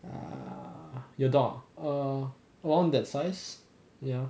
err your dog ah err around that size ya